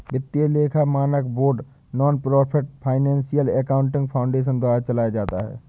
वित्तीय लेखा मानक board nonprofit financial accounting foundation द्वारा चलाया जाता है